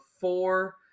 four